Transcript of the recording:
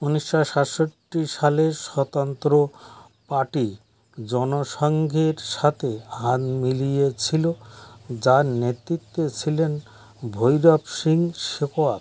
উনিশশো সাতষট্টি সালে স্বতন্ত্র পার্টি জনসংঘের সাতে হাত মিলিয়েছিলো যার নেতৃত্বে ছিলেন ভৈরব সিং শেখাওয়াত